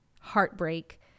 heartbreak